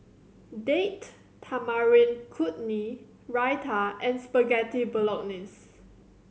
Date Tamarind Chutney Raita and Spaghetti Bolognese